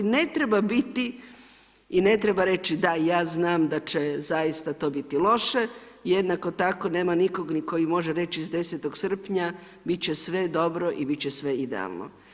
Ne treba biti i ne treba reći da ja znam da će zaista to biti loše, jednako tako nema nikoga ni koji može reći s 10. srpnja bit će sve dobro i bit će sve idealno.